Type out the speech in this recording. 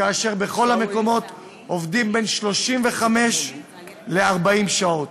כאשר בכל המקומות עובדים בין 35 ל-40 שעות.